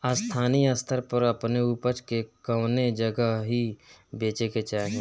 स्थानीय स्तर पर अपने ऊपज के कवने जगही बेचे के चाही?